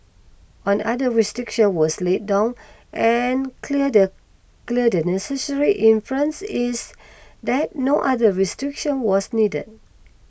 on other restriction was laid down and clear the clear and necessary inference is that no other restriction was needed